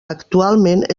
actualment